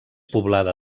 poblada